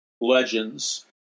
legends